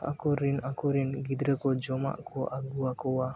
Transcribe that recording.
ᱟᱠᱚ ᱨᱮᱱ ᱟᱠᱚ ᱨᱮᱱ ᱜᱤᱫᱽᱨᱟᱹ ᱠᱚ ᱡᱚᱢᱟᱜ ᱠᱚ ᱟᱹᱜᱩ ᱟᱠᱚᱣᱟ